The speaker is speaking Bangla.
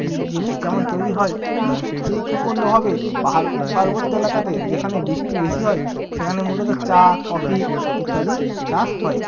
জিনিস যেমন তৈরি হয় সে ঠিক অন্যভাবে পাহাড় পার্বত্য এলাকাতে যেখানে বৃষ্টি বেশি হয় সেখানে মূলত চা কফি ইত্যাদি চাষ হয়